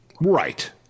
Right